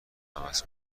عوض